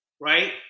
right